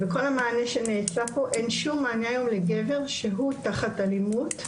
בכל המענה שנעשה פה אין שום מענה לגבר שהוא תחת אלימות,